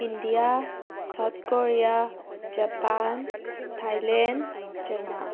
India South Korea Japan Thailand China